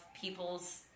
people's